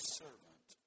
servant